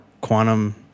quantum